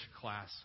class